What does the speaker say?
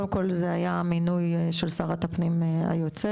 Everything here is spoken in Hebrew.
קודם כל זה היה מינוי של שרת הפנים היוצאת,